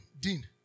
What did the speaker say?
Dean